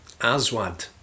Aswad